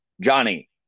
Johnny